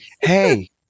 hey